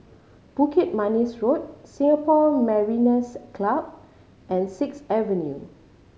Bukit Manis Road Singapore Mariners' Club and Sixth Avenue